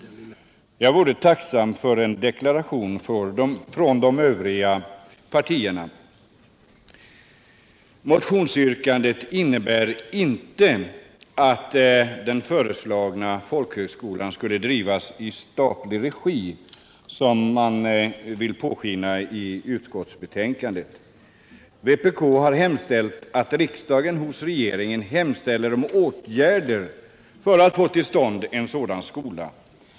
Jag är tacksam för en deklaration från de övriga partierna. Motionsyrkandet innebär inte att den föreslagna folkhögskolan skall drivas i statlig regi, vilket man vill låta påskina i utskottsbetänkandet. Vpk har begärt att riksdagen hos regeringen hemställer om åtgärder för att få till stånd en sådan skola.